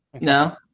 no